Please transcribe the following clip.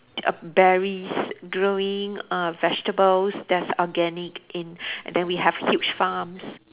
err berries growing uh vegetables that's organic in then we have huge farms